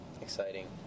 Exciting